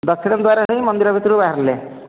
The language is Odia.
ଦକ୍ଷିଣ ଦ୍ୱାର ଦେଇ ମନ୍ଦିର ଭିତରୁ ବାହାରିଲେ